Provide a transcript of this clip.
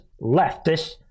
leftist